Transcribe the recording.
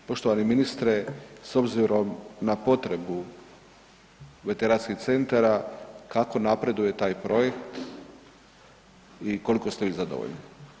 Poštovani ministre, s obzirom na potrebu veteranskih centara kako napreduje taj projekt i koliko ste vi zadovoljni?